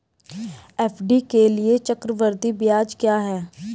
FD के लिए चक्रवृद्धि ब्याज क्या है?